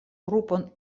grupon